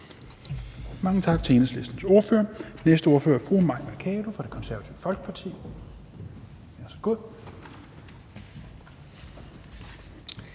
Mange tak til Enhedslistens ordfører. Den næste ordfører er fru Mai Mercado for Det Konservative Folkeparti. Værsgo.